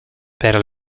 per